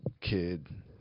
kid